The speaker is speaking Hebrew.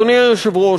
אדוני היושב-ראש,